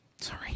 Sorry